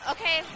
Okay